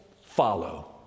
follow